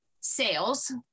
sales